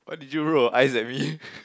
why did you roll your eyes at me